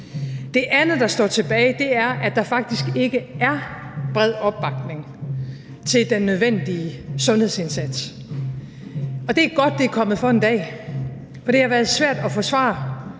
Det andet, der står tilbage, er, at der faktisk ikke er bred opbakning til den nødvendige sundhedsindsats. Og det er godt, at det er kommet for en dag, for det har været svært at få svar